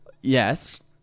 Yes